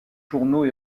journaux